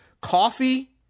Coffee